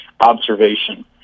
observation